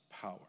power